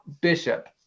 Bishop